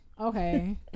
okay